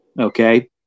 Okay